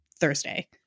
thursday